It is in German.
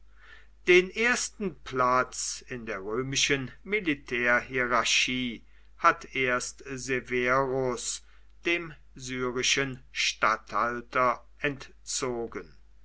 den ersten platz in der römischen militärhierarchie hat erst severus dem syrischen statthalter entzogen